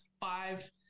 five